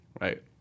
right